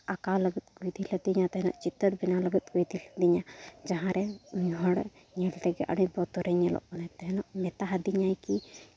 ᱟᱸᱠᱟᱣ ᱞᱟᱹᱜᱤᱫ ᱠᱚ ᱤᱫᱤ ᱞᱮᱫᱤᱧᱟ ᱛᱟᱦᱮᱸᱫ ᱪᱤᱛᱟᱹᱨ ᱵᱮᱱᱟᱣ ᱞᱟᱹᱜᱤᱫ ᱠᱚ ᱤᱫᱤ ᱞᱤᱫᱤᱧᱟ ᱡᱟᱦᱟᱸ ᱨᱮ ᱩᱱᱤ ᱦᱚᱲ ᱧᱮᱞ ᱛᱮᱜᱮ ᱟᱹᱰᱤ ᱵᱚᱛᱚᱨᱮ ᱧᱮᱞᱚᱜ ᱠᱟᱱᱟᱭ ᱛᱟᱦᱮᱱᱚᱜ ᱢᱮᱛᱟᱦᱟᱫᱤᱧᱟᱭ ᱠᱤ